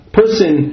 person